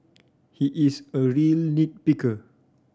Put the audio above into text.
he is a real nit picker